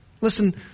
Listen